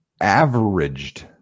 averaged